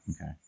Okay